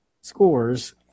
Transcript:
scores